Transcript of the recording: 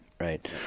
right